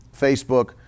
Facebook